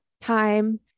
time